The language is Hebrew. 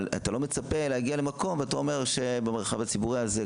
אבל אתה לא מצפה להגיע למקום ואתה אומר שבמרחב הציבורי הזה,